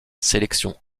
sélection